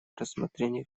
рассмотрение